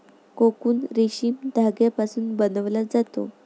cocoon रेशीम धाग्यापासून बनवला जातो